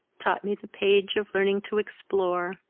taught me the page of learning to explore,